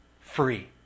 free